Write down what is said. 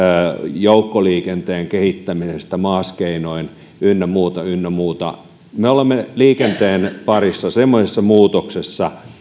joukkoliikenteen kehittäminen maas keinoin ynnä muuta ynnä muuta me olemme liikenteen parissa semmoisessa muutoksessa